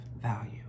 value